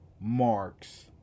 Marks